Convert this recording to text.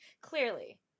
Clearly